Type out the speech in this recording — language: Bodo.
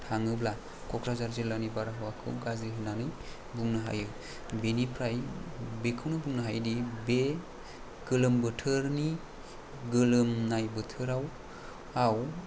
थाङोब्ला क'क्राझार जिल्लानि बारहावाखौ गाज्रि होन्नानै बुंनो हायो बेनिफ्राय बेखौनो बुंनो हायो दि बे गोलोम बोथोरनि गोलोमनाय बोथोराव आव